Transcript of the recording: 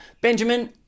Benjamin